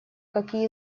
какие